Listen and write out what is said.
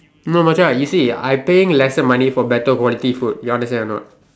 no much I you see I paying lesser money for better quality food you understand or not